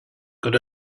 got